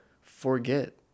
forget